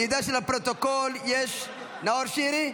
אני מודיע לפרוטוקול, נאור שירי,